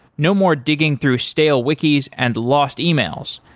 no more digging through stale wiki's and lost e-mails.